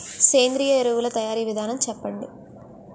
సేంద్రీయ ఎరువుల తయారీ విధానం చెప్పండి?